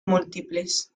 múltiples